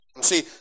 See